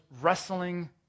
wrestling